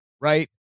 Right